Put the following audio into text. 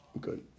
good